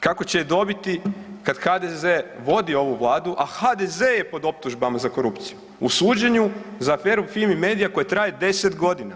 Kako će i dobiti kad HDZ vodi ovu Vladu, a HDZ je pod optužbama za korupciju u suđenju za aferu FIMI MEDIA koje traje 10 godina.